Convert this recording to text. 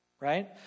Right